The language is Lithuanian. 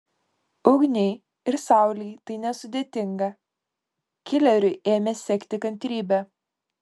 ugniai ir saulei tai nesudėtinga kileriui ėmė sekti kantrybė